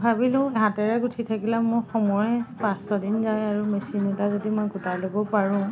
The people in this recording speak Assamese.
ভাবিলোঁ হাতেৰে গুঠি থাকিলে মোৰ সময়ে পাঁচ ছদিন যায় আৰু মেচিন এটা যদি মই গোটাই ল'ব পাৰোঁ